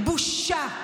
בושה,